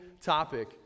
topic